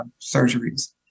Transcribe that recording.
surgeries